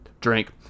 drink